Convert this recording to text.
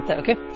okay